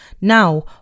now